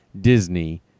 Disney